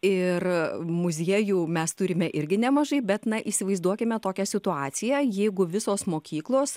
ir muziejų mes turime irgi nemažai bet na įsivaizduokime tokią situaciją jeigu visos mokyklos